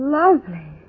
lovely